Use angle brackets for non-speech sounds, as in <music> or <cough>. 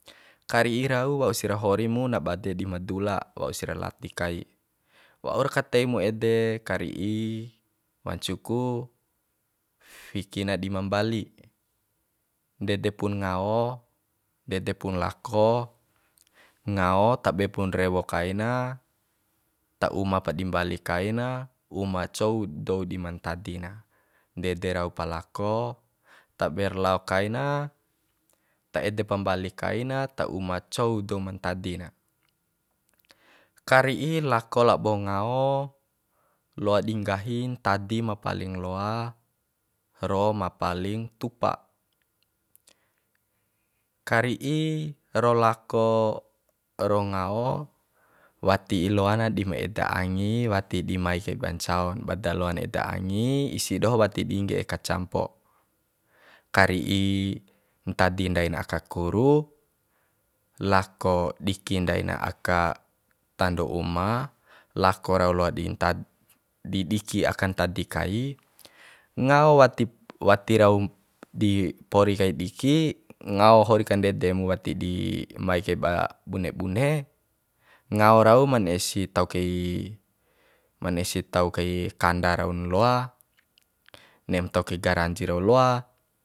Kari'i rau wausi ra hori mu na bade di ma dula wausira lati kai waura katei mu ede kari'i wancu ku fiki na dimambali ndede pun ngao ndede pun lako ngao tabe pun rewo kaina ta uma pa dimbali kai na uma cou dou dimantadi na ndede rau pa lako taber lao kaina ta ede pa mbali kai na ta uma cou doumantadi na kari'i lako labo ngao loa di nggahi ntadi ma paling loa ro ma paling tupa kari'i ro lako ro ngao wati di loana dim eda angi wati dimai kai ba ncao ba daloan eda angi isi doho wati di nge'e kacampo kari'i ntadi ndain aka kuru lako diki ndaina aka tando uma lako rau loa di nta <hesitation> di diki aka ntadi kai ngao wati <hesitation> wati rau di pori kai diki ngao hori kandede mu wati di mai kaiba bune bune ngao rau ma ne'e si tau kai ma ne'e si tau kai kanda raun loa ne'em tau kai garanji raun loa